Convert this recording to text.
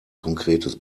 konkretes